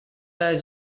the